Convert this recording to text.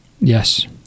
yes